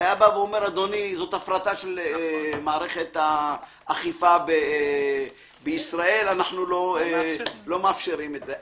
היה אומר שזאת הפרטה של מערכת האכיפה במדינת ישראל ולא מאפשרים את זה.